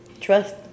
Trust